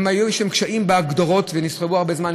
היו קשיים בהגדרות ונסחבנו הרבה זמן.